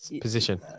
position